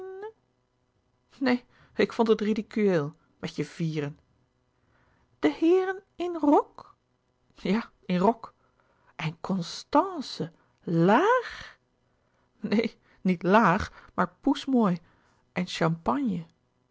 neen ik vond het ridicueel met je vieren de heeren in rok ja in rok en constànce làag neen niet laag maar poesmooi en champagne